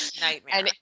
Nightmare